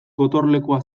gotorlekua